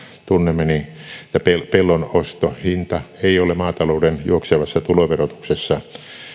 tunnemme tiedämme että pellon ostohinta ei ole maatalouden juoksevassa tuloverotuksessa